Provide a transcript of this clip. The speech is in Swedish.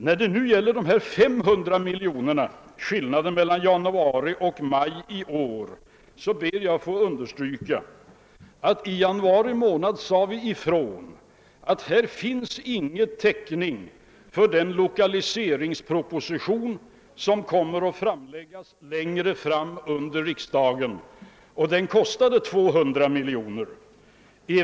Beträffande skillnaden mellan januari och maj i år, 500 miljoner kronor, ber jag få understryka att vi i januari sade ifrån att här inte fanns täckning för den lokaliseringsproposition som skulle komma att framläggas längre fram under riksdagen. Den kostade 200 miljoner kronor.